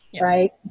right